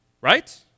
right